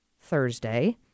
Thursday